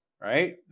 Right